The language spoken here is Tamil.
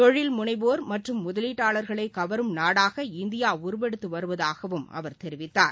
தொழில் முனைவோர் மற்றும் முதலீட்டாளர்களை கவரும் நாடாக இந்தியா உருவெடுத்து வருவதாகவும் அவர் தெரிவித்தார்